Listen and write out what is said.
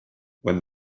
when